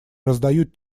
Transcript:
раздают